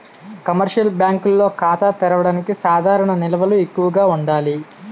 commercial బ్యాంకుల్లో ఖాతా తెరవడానికి సాధారణ నిల్వలు ఎక్కువగా ఉండాలి